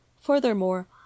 Furthermore